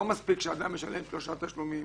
לא מספיק שאדם משלם שלושה תשלומים.